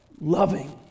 loving